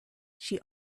she